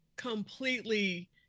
completely